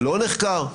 לא נחקר.